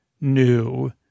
new